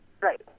Right